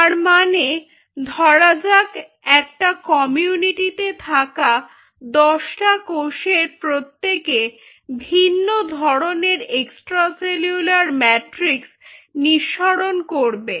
তারমানে ধরা যাক একটা কমিউনিটি তে থাকা দশটা কোষের প্রত্যেকে ভিন্ন ধরনের এক্সট্রা সেলুলার ম্যাট্রিক্স নিঃসরণ করবে